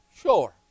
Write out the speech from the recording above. Sure